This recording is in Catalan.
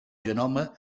genoma